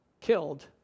Killed